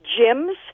gyms